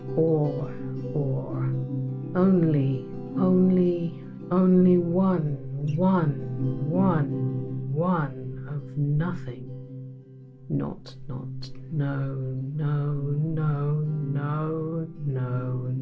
or or only only only one one one one of nothing not not no no no no no